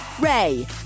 Ray